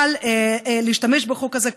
קל להשתמש בחוק הזה,